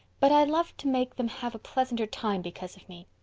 but i'd love to make them have a pleasanter time because of me.